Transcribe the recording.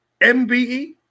MBE